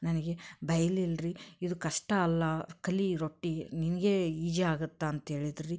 ನನಗೆ ಬೈಲಿಲ್ಲ ರೀ ಇದು ಕಷ್ಟ ಅಲ್ಲ ಕಲಿ ರೊಟ್ಟಿ ನಿನಗೇ ಈಜಿ ಆಗತ್ತೆ ಅಂತ ಹೇಳಿದರು ರೀ